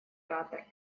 оратор